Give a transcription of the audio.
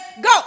Go